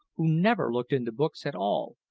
who never looked into books at all,